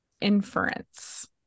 inference